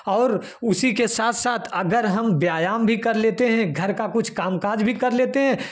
और उसी के साथ साथ अगर हम व्यायाम भी कर लेते हैं घर का कुछ कामकाज भी कर लेते हैं